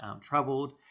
troubled